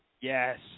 Yes